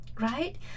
right